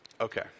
okay